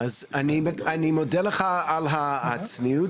אז אני מודה לך על הצניעות,